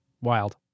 Wild